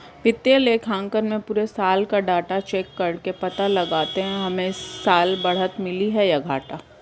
वित्तीय लेखांकन में पुरे साल का डाटा चेक करके पता लगाते है हमे इस साल बढ़त मिली है या घाटा